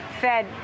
Fed